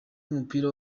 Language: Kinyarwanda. w’umupira